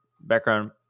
background